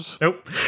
nope